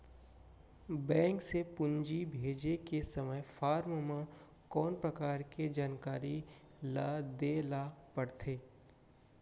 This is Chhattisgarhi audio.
बैंक से पूंजी भेजे के समय फॉर्म म कौन परकार के जानकारी ल दे ला पड़थे?